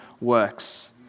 works